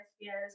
yes